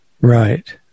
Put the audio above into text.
right